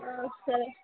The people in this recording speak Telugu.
సరే